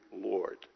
Lord